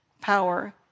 power